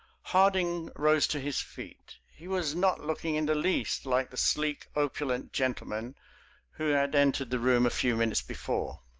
harding rose to his feet. he was not looking in the least like the sleek, opulent gentleman who had entered the room a few minutes before.